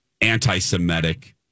anti-Semitic